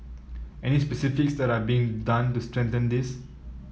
any specifics that are being done to strengthen this